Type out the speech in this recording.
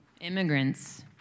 Immigrants